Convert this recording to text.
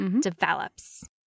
develops